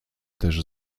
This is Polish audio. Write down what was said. też